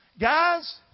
Guys